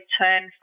turn